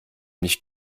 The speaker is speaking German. nicht